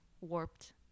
warped